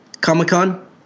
Comic-Con